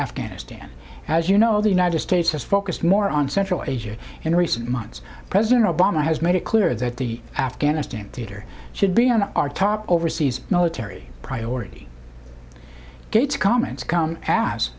afghanistan as you know the united states has focused more on central asia in recent months president obama has made it clear that the afghanistan theater should be on our top overseas military priority gates comments come as